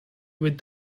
with